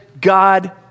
God